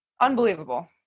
unbelievable